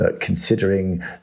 considering